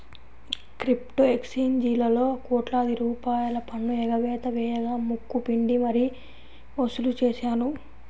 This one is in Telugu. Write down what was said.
క్రిప్టో ఎక్స్చేంజీలలో కోట్లాది రూపాయల పన్ను ఎగవేత వేయగా ముక్కు పిండి మరీ వసూలు చేశారు